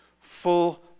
Full